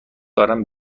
دارم